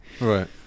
Right